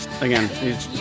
again